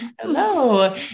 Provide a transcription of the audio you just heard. Hello